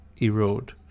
erode